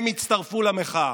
שהם הצטרפו למחאה.